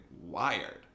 wired